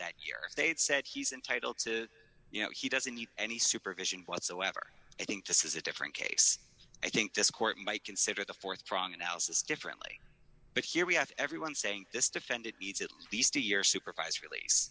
that your state said he's entitled to you know he doesn't need any supervision whatsoever i think this is a different case i think this court might consider the th prong analysis differently but here we have everyone saying this defendant eats at least a year supervised release